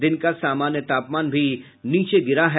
दिन का सामान्य तापमान भी नीचे गिरा है